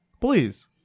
please